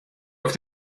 auf